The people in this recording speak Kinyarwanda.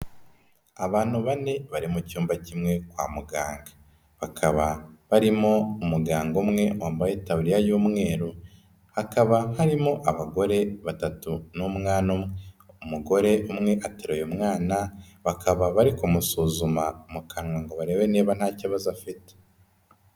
Abantu bane bari mu cyumba kimwe kwa muganga, bakaba barimo umuganga umwe wambaye itaburiya y'umweru, hakaba harimo abagore batatu n'umwana umwe, umugore umwe ateruye umwana bakaba bari kumusuzuma mu kanwa ngo barebe niba nta kibazo afite.